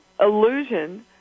illusion